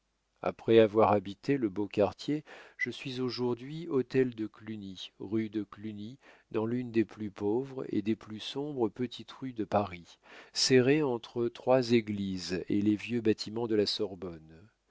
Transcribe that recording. après avoir habité le beau quartier je suis aujourd'hui hôtel de cluny rue de cluny dans l'une des plus pauvres et des plus sombres petites rues de paris serrée entre trois églises et les vieux bâtiments de la sorbonne